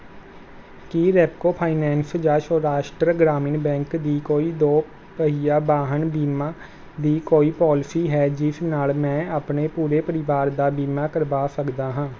ਕੀ Repco finance ਜਾਂ Saurashtra Gramin bank ਦੀ ਕੋਈ ਦੋ ਪਹੀਆ ਵਾਹਨ ਬੀਮਾ ਦੀ ਕੋਈ ਪੋਲਿਸੀ ਹੈ ਜਿਸ ਨਾਲ਼ ਮੈਂ ਆਪਣੇ ਪੂਰੇ ਪਰਿਵਾਰ ਦਾ ਬੀਮਾ ਕਰਵਾ ਸਕਦਾ ਹਾਂ